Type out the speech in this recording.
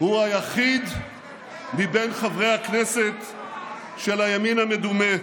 הוא היחיד מבין חברי הכנסת של הימין המדומה,